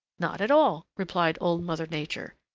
not at all, replied old mother nature.